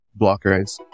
blockers